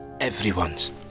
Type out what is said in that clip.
everyone's